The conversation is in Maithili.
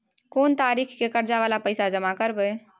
कोन तारीख के कर्जा वाला पैसा जमा करबे?